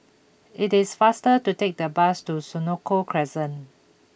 it is faster to take the bus to Senoko Crescent